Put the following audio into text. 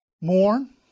mourn